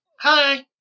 Hi